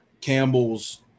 Campbell's